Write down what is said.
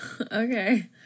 Okay